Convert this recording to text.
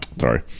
sorry